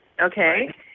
okay